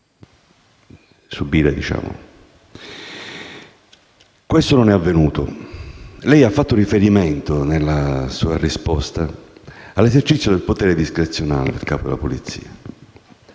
Questo non è avvenuto. Lei ha fatto riferimento, nella sua risposta, all'esercizio del potere discrezionale del capo della Polizia.